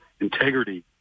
integrity